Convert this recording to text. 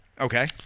Okay